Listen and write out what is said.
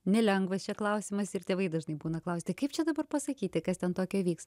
nelengvas čia klausimas ir tėvai dažnai būna klausia tai kaip čia dabar pasakyti kas ten tokio vyks